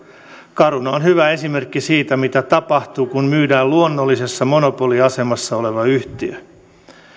caruna on hyvä esimerkki siitä mitä tapahtuu kun myydään luonnollisessa monopoliasemassa oleva yhtiö